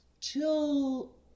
till